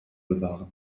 bewahren